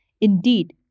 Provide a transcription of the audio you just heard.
Indeed